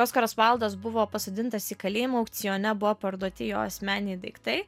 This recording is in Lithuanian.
oskaras vaildas buvo pasodintas į kalėjimą aukcione buvo parduoti jo asmeniniai daiktai